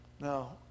Now